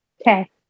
Okay